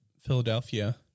Philadelphia